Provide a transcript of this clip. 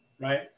right